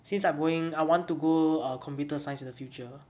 since I'm going I want to go err computer science in the future